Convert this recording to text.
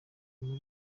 muri